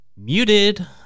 Muted